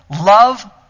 love